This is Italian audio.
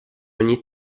ogni